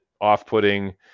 off-putting